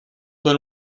been